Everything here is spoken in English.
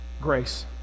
Grace